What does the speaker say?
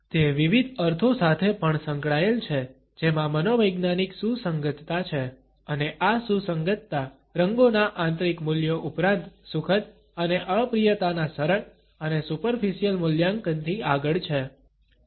તે વિવિધ અર્થો સાથે પણ સંકળાયેલ છે જેમાં મનોવૈજ્ઞાનિક સુસંગતતા છે અને આ સુસંગતતા રંગોના આંતરિક મૂલ્યો ઉપરાંત સુખદ અને અપ્રિયતાના સરળ અને સુપરફિસિયલ મૂલ્યાંકનથી આગળ છે